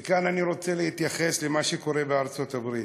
וכאן אני רוצה להתייחס למה שקורה בארצות-הברית,